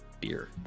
Beer